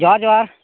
ᱡᱚᱦᱟᱨ ᱡᱚᱦᱟᱨ